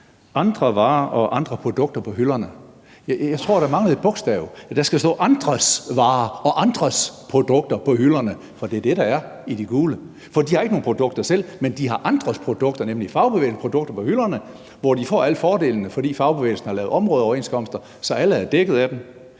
andre varer og andre produkter på hylderne. Jeg tror, der manglede et bogstav. Der skal stå »andres varer og andres produkter på hylderne«, for det er det, der er i de gule. For de har ikke nogen produkter selv, men de har andres produkter, nemlig fagbevægelsens produkter på hylderne, hvor de får alle fordelene, fordi fagbevægelsen har lavet områdeoverenskomster, så alle er dækket af dem.